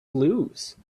lose